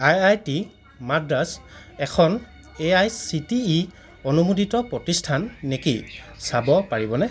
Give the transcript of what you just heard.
I I T Madras এখন A I C T E অনুমোদিত প্ৰতিষ্ঠান নেকি চাব পাৰিবনে